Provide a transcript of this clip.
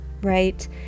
right